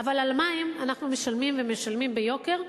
אבל על מים אנחנו משלמים, ומשלמים ביוקר,